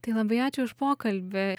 tai labai ačiū už pokalbį